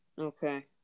Okay